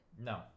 No